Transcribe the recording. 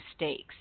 mistakes